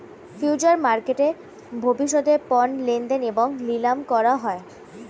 future মার্কেটে ভবিষ্যতের পণ্য লেনদেন এবং নিলাম করা হয়